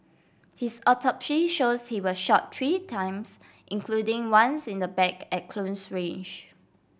his autopsy shows he was shot three times including once in the back at close range